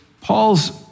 Paul's